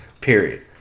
Period